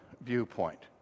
viewpoint